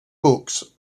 books